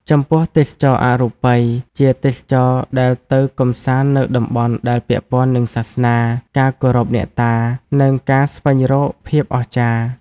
ចំពោះ ទេសចរណ៍អរូបី ជាទេសចរដែលទៅកំសាន្តនៅតំបន់ដែលពាក់ព័ន្ធនឹងសាសនា ការគោរពអ្នកតា និងការស្វែងរកភាពអស្ចារ្យ។